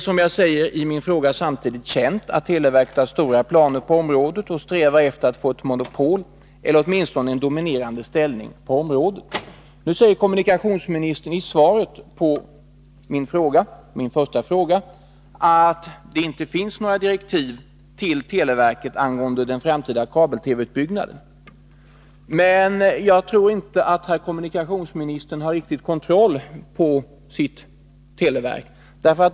Som jag sade i min fråga är det samtidigt känt att televerket har stora planer på området och strävar efter att få ett monopol eller åtminstone en dominerande ställning på området. Nu säger kommunikationsministern i svaret på min första fråga att det inte finns några direktiv till televerket angående den framtida kabel-TV utbyggnaden. Men jag tror inte att herr kommunikationsministern riktigt har kontroll över sitt televerk.